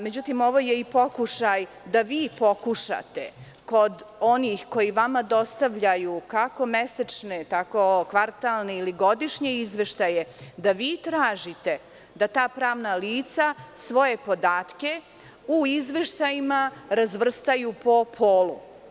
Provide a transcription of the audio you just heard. Međutim, ovo je i pokušaj da vi pokušate kod onih koji vama dostavljaju, kako mesečne, tako kvartalne ili godišnje izveštaje, da vi tražite da ta pravna lica svoje podatke u izveštajima razvrstaju po polu.